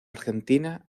argentina